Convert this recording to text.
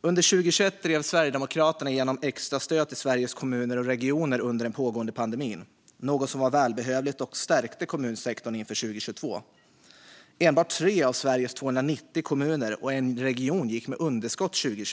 Under 2021 drev Sverigedemokraterna igenom extra stöd till Sveriges Kommuner och Regioner under den pågående pandemin. Det var något som var välbehövligt och som stärkte kommunsektorn inför 2022. Enbart tre av Sveriges 290 kommuner och en region gick med underskott 2021.